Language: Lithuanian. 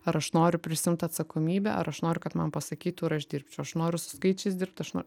ar aš noriu prisiimt atsakomybę ar aš noriu kad man pasakytų ir aš dirbčiau aš noriu su skaičiais dirbti aš no